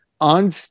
on